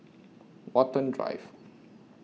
Watten Drive